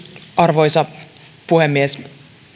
arvoisa puhemies